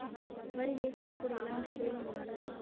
వరి వేసినప్పుడు ఎలాంటి ఎరువులను వాడాలి?